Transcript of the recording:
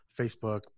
facebook